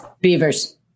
beavers